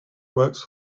works